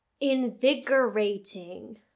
invigorating